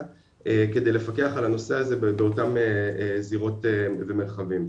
כדי לפקח על הנושא הזה באותם זירות ומרחבים.